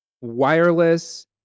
wireless